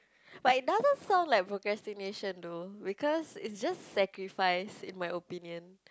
but it doesn't sound like procrastination though because is just sacrifice in my opinion